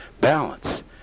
balance